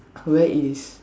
where is